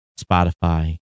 Spotify